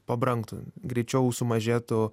pabrangtų greičiau sumažėtų